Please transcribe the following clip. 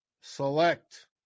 select